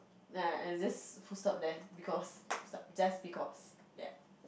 nah I'm just full stop then because full stop just because ya